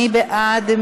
מי בעד?